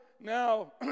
Now